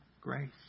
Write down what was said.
grace